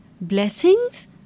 blessings